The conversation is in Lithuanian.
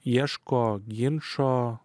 ieško ginčo